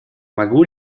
могу